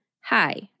Hi